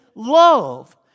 Love